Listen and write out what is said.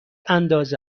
اندازه